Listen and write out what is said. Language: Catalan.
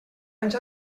anys